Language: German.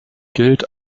gilt